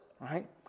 Right